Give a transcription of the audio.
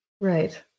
Right